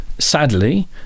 Sadly